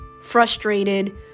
frustrated